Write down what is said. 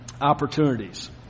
opportunities